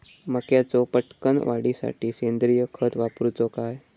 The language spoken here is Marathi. मक्याचो पटकन वाढीसाठी सेंद्रिय खत वापरूचो काय?